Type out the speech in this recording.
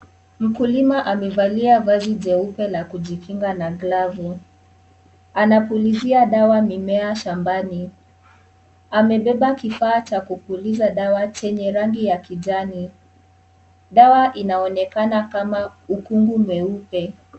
Mkulima amevalia vazi jeupe la kujikinga na glovu. Anapulizia dawa mimea shambani. Amebeba kifaa cha kupulizia dawa chenye rangi ya kijani. Dawa inaonekana kama ukungu mweupe.